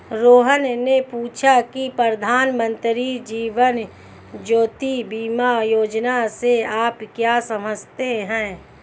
रोहन ने पूछा की प्रधानमंत्री जीवन ज्योति बीमा योजना से आप क्या समझते हैं?